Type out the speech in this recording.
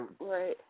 right